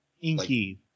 Inky